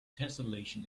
tesselation